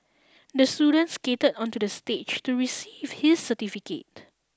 the student skated onto the stage to receive his certificate